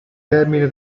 termine